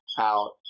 out